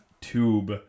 tube